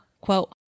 quote